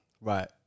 right